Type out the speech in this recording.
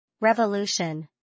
Revolution